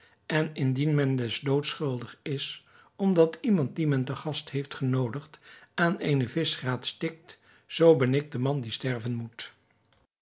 en indien men des doods schuldig is omdat iemand dien men te gast heeft genoodigd aan eene vischgraat stikt zoo ben ik de man die sterven moet